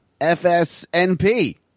FSNP